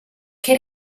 che